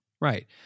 Right